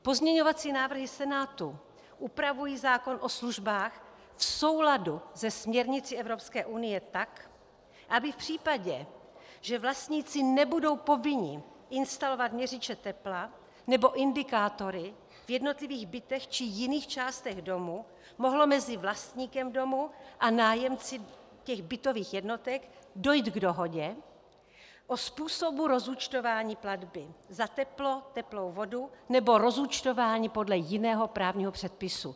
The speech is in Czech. Pozměňovací návrhy Senátu upravují zákon o službách v souladu se směrnicí Evropské unie tak, aby v případě, že vlastníci nebudou povinni instalovat měřiče tepla nebo indikátory v jednotlivých bytech či jiných částech domu, mohlo mezi vlastníkem domu a nájemci těch bytových jednotek dojít k dohodě o způsobu rozúčtování platby za teplo, teplou vodu nebo rozúčtování podle jiného právního předpisu.